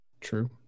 True